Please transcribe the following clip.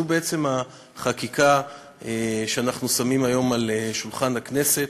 זו בעצם החקיקה שאנחנו שמים היום על שולחן הכנסת,